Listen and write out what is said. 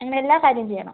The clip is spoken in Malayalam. അങ്ങനെ എല്ലാ കാര്യോം ചെയ്യണം